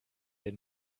den